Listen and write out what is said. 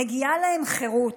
מגיעה להם חירות.